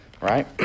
right